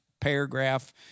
paragraph